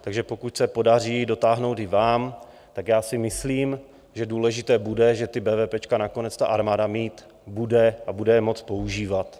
Takže pokud se ji podaří dotáhnout vám, tak já si myslím, že důležité bude, že ta bévépéčka nakonec ta armáda mít bude a bude je moct používat.